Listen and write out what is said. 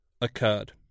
occurred